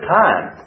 time